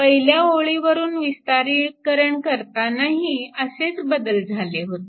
पहिल्या ओळी वरून विस्तारीकरण करतानाही असेच बदल झाले होते